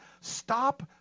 stop